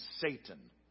Satan